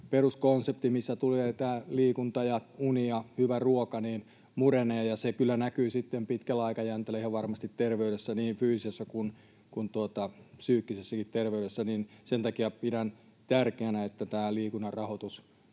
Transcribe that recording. peruskonsepti, missä tulee tämä liikunta, uni ja hyvä ruoka, murenee, ja se kyllä näkyy sitten pitkällä aikajänteellä ihan varmasti terveydessä, niin fyysisessä kuin psyykkisessäkin terveydessä. Sen takia pidän tärkeänä, että tämä liikunnan rahoitus,